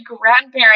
grandparents